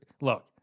look